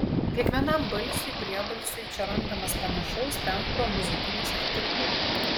kiekvienam balsiui priebalsiui čia randamas panašaus tembro muzikinis atitikmuo